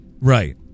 Right